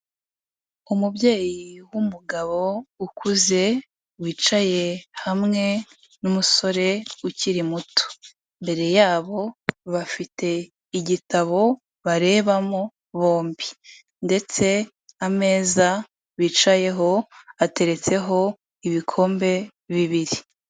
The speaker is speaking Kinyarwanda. Umubyeyi w'umugabo ukuze wicaye hamwe n'umusore ukiri muto, imbere yabo bafite igitabo barebamo bombi ndetse ameza bicayeho ateretseho ibikombe bibiri.